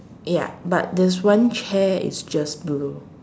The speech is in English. ya but there's one chair is just blue